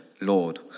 Lord